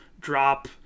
drop